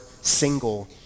single